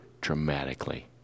dramatically